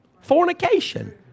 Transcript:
fornication